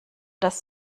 das